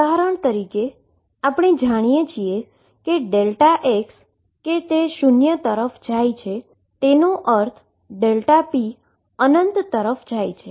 ઉદાહરણ તરીકે આપણે જાણીએ છીએ કે x કે તે 0 તરફ જાય છે જેનો અર્થ Δp ઈન્ફાઈનાઈટ તરફ જાય છે